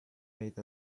made